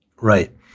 Right